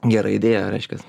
gera idėja reiškias